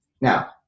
Now